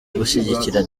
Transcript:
gushyigikira